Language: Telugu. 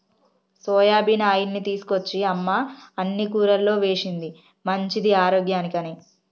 సోయాబీన్ ఆయిల్ని తీసుకొచ్చి అమ్మ అన్ని కూరల్లో వేశింది మంచిది ఆరోగ్యానికి అని